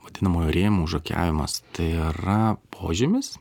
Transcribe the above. vadinamojo rėmų užakiavimas tai yra požymis